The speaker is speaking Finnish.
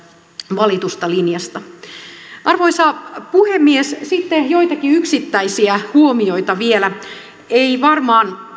valitusta linjasta arvoisa puhemies sitten joitakin yksittäisiä huomioita vielä ei varmaan